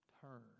Turn